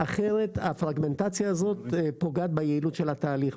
אחרת הפרגמנטציה הזאת פוגעת ביעילות של התהליך,